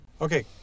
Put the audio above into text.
Okay